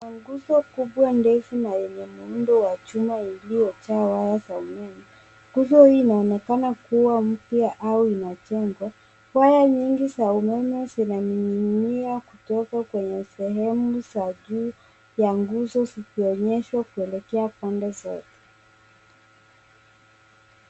Kuna nguzo kubwa ndefu na yenye muundo wa chuma uliojaa waya za umeme. Nguzo hii inaonekana kuwa mpya au inajengwa. Waya nyingi za umeme zinaning'inia kidogo kwenye sehemu za juu ya nguzo zikionyeshwa kuelekea pande za juu.